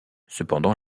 cependant